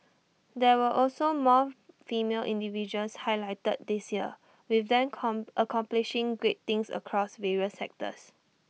there were also more female individuals highlighted this year with them come accomplishing great things across various sectors